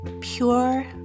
Pure